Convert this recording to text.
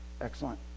Excellent